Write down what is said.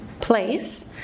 place